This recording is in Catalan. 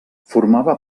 formava